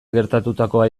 gertatutakoa